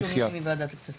במה זה שונה מוועדת הכספים?